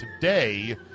today